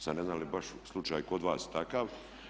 Sad ne znam je li baš slučaj kod vas takav.